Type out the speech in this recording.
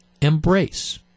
embrace